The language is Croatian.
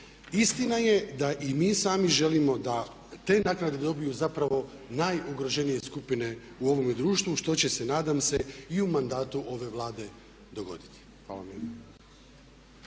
Istina je da i mi sami želimo da te naknade dobiju zapravo najugroženije skupine u ovome društvo što će se nadam se i u mandatu ove Vlade dogoditi.